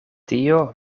tio